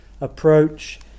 approach